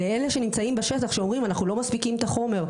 לאלה שנמצאים בשטח שאומרים אנחנו לא מספיקים את החומר,